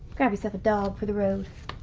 grab yourself a dog for the road.